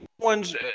ones